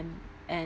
and